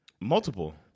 Multiple